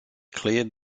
cleared